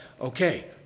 okay